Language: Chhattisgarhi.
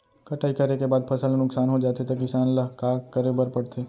कटाई करे के बाद फसल ह नुकसान हो जाथे त किसान ल का करे बर पढ़थे?